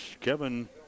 Kevin